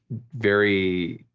very.